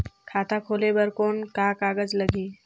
खाता खोले बर कौन का कागज लगही?